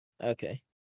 Okay